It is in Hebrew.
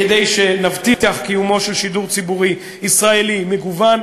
כדי שנבטיח קיומו של שידור ציבורי ישראלי מגוון,